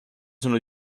sono